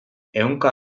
ehunka